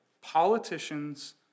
Politicians